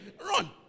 run